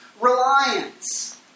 reliance